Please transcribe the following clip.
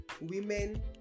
women